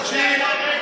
תבדוק.